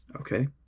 okay